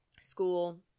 school